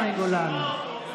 משפט אחרון, חברת הכנסת מאי גולן.